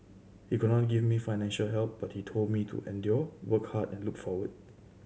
he could not give me financial help but he told me to endure work hard and look forward